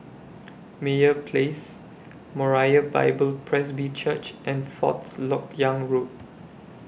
Meyer Place Moriah Bible Presby Church and Fourth Lok Yang Road